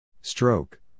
stroke